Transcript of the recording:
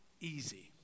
easy